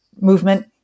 movement